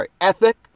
ethic